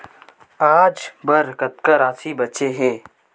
आज बर कतका राशि बचे हे?